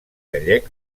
gallec